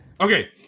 okay